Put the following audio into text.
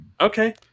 okay